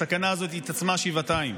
הסכנה הזאת התעצמה שבעתיים.